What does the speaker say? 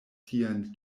tian